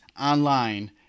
online